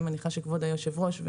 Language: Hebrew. אני מניחה שכבוד יושב הראש,